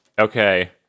Okay